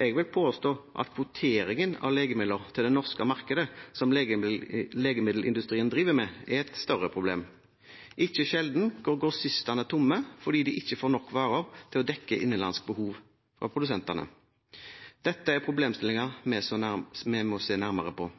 Jeg vil påstå at kvoteringen av legemidler til det norske markedet som legemiddelindustrien driver med, er et større problem. Ikke sjelden går grossistene tomme fordi de ikke får nok varer til å dekke innenlandsk behov av produsentene. Dette er problemstillinger vi må se nærmere på.